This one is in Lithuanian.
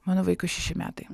mano vaikui šeši metai